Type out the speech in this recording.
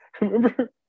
Remember